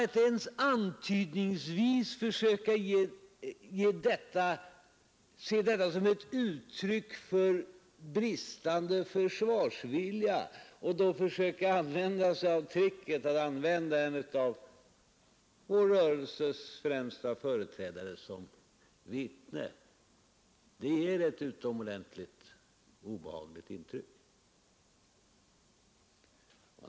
Att ens antydningsvis se detta som ett uttryck för bristande försvarsvilja och då försöka använda sig av tricket att begagna en av vår rörelses förnämsta företrädare såsom vittne ger ett utomordentligt obehagligt intryck.